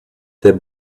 the